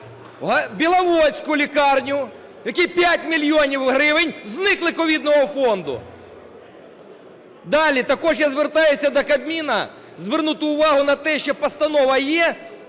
Біловодську лікарню, в якій 5 мільйонів гривень зникли ковідного фонду. Далі, також я звертаюся до Кабміну звернути увагу на те, що постанова є